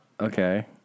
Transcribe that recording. okay